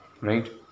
right